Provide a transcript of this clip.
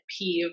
peeve